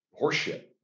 horseshit